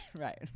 right